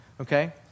okay